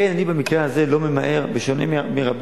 לכן, אני במקרה הזה לא ממהר, בשונה מרבים